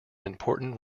important